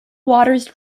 waters